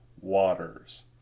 waters